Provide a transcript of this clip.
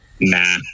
Nah